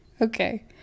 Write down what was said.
Okay